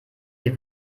die